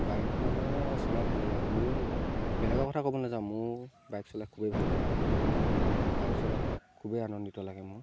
bike মানে চলাই ভালেই লাগে মোৰ বেলেগৰ কথা ক'ব নাযাওঁ মোৰ বাইক চলাই খুবেই ভাল লাগে বাইক চলাই খুবেই আনন্দিত লাগে মোৰ